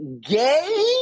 gay